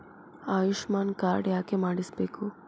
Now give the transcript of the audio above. Ayushman card ಯಾಕೆ ಮಾಡಿಸಬೇಕು?